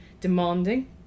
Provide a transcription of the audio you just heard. demanding